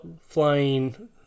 flying